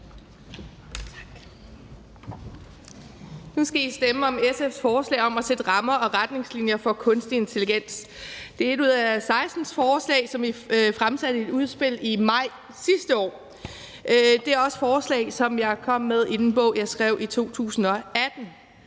Nu skal I stemme om SF's forslag om at sætte rammer og retningslinjer for kunstig intelligens. Det er et ud af 16 forslag, som vi fremsatte i et udspil i maj sidste år, og det er også et forslag, som jeg kom med i den bog, jeg skrev i 2018.